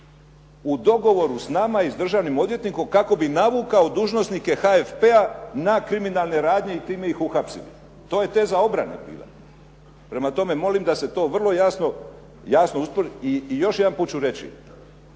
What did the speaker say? u dogovoru s nama i državnim odvjetnikom kako bi navukao dužnosnike HFP-a na kriminalne radnje i time ih uhapsili. To je teza obrane bila. Prema tome, molim da se to vrlo jasno ustvrdi i još jedan put ću reći,